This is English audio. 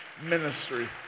Ministry